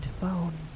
bone